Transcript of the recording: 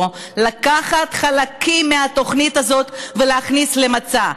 לקחת חלקים מהתוכנית הזאת ולהכניס למצע.